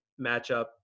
matchup